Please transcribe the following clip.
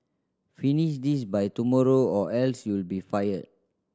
finish this by tomorrow or else you'll be fired